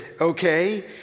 okay